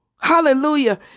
Hallelujah